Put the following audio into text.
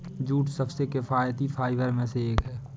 jute सबसे किफायती fibre में से एक है